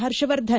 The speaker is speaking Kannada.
ಹರ್ಷವರ್ಧನ್